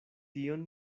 tion